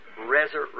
resurrection